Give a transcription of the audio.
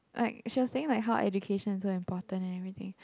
like she was saying like how educations are important and everything